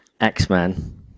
X-Men